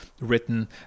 written